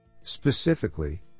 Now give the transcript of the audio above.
Specifically